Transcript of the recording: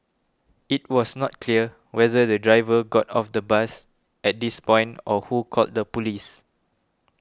it was not clear whether the driver got off the bus at this point or who called the police